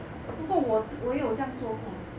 只不过我我也有这样做过